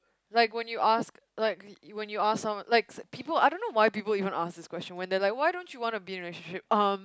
like when you ask like when you ask some of like people I don't know why people even ask this question when they're like why don't you wanna be in a relationship um